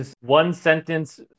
one-sentence